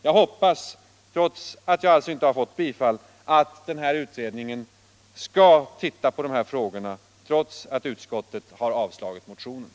Jag hoppas, trots att utskottet avstyrkt motionen, att utredningen skall titta på dessa frågor.